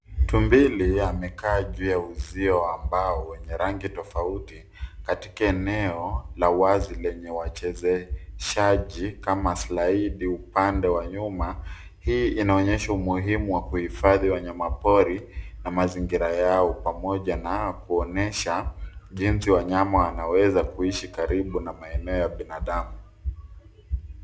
Tumbili amekaa juu ya uzio wa mbao wenye rangi tofauti katika eneo la wazi lenye wachezeshaji kama slaidi upande wa nyuma. Hii inaonyesha umuhimu wa kuhifadhi wanyamapori na mazingira yao pamoja na kuonyesha jinsi wanyama wanaweza kuishi karibu na maeneo ya binadamu.